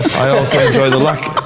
i also enjoy the lack,